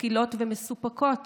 משכילות ומסופקות